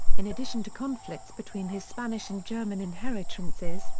in addition to conflicts between his spanish and german inheritances,